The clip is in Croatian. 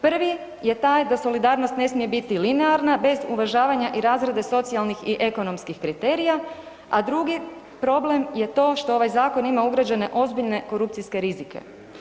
Prvi je taj da solidarnost ne smije biti linearna bez uvažavanja i razrade socijalnih i ekonomskih kriterija, a drugi problem je to što ovaj zakon ima ugrađene ozbiljne korupcijske rizike.